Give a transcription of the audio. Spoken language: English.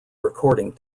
recording